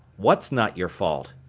what's not your fault?